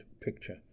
picture